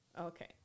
Okay